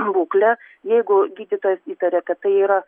būklę jeigu gydytojas įtarė kad tai yra